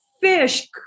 Fish